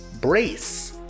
Brace